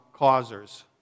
causers